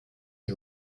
you